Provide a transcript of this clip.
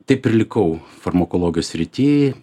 taip ir likau farmakologijos srity